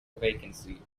vacancy